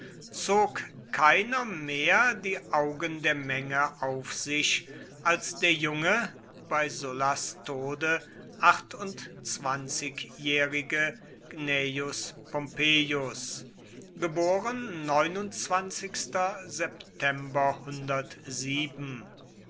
zog keiner mehr die augen der menge auf sich als der junge bei sullas tode achtundzwanzigjährige gnaeus pompeius geb